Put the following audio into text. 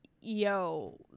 yo